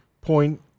point